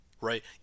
right